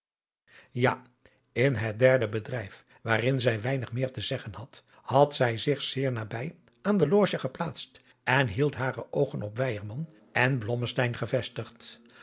ja in het derde bedrijf waarin zij weinig meer te zeggen had had zij zich zeer nabij aan de loge geplaatst en hield hare oogen op weyerman en blommesteyn gevestigd